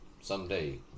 someday